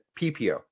PPO